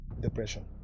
depression